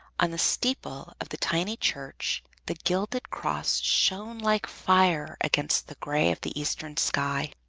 on the steeple of the tiny church the gilded cross shone like fire against the gray of the eastern sky.